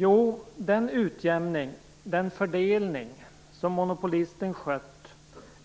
Jo, den utjämning, den fördelning, som monopolisten skött